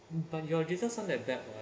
but your business not that bad [what]